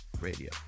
Radio